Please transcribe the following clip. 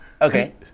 Okay